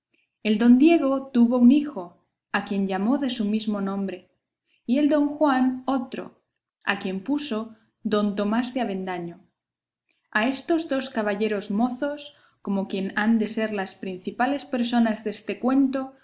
el don diego tuvo un hijo a quien llamó de su mismo nombre y el don juan otro a quien puso don tomás de avendaño a estos dos caballeros mozos como quien han de ser las principales personas deste cuento